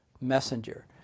messenger